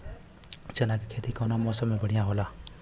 चना के खेती कउना मौसम मे बढ़ियां होला?